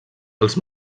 els